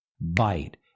bite